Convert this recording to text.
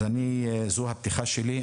אז זו הפתיחה שלי.